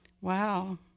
Wow